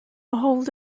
ahold